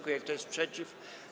Kto jest przeciw?